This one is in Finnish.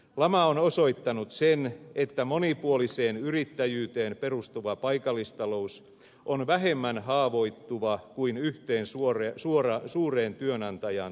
lama on osoittanut sen että monipuoliseen yrittäjyyteen perustuva paikallistalous on vähemmän haavoittuva kuin yhteen suureen työnantajaan tukeutuva